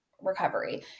recovery